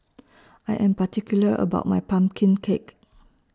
I Am particular about My Pumpkin Cake